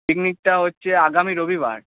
পিকনিকটা হচ্ছে আগামী রবিবার